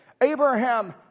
Abraham